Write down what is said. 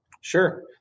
Sure